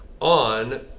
on